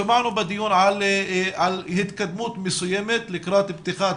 שמענו בדיון על התקדמות מסוימת לקראת פתיחת